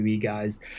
guys